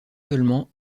seulement